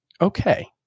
okay